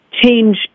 change